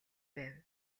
байв